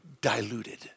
diluted